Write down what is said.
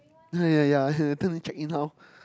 ya ya later need check in how